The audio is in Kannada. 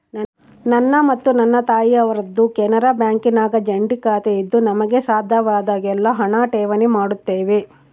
ನನ್ನ ಮತ್ತು ನನ್ನ ತಾಯಿಯವರದ್ದು ಕೆನರಾ ಬ್ಯಾಂಕಿನಾಗ ಜಂಟಿ ಖಾತೆಯಿದ್ದು ನಮಗೆ ಸಾಧ್ಯವಾದಾಗೆಲ್ಲ ಹಣ ಠೇವಣಿ ಮಾಡುತ್ತೇವೆ